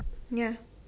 ya